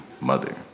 mother